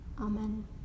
Amen